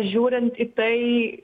žiūrint į tai